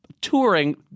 touring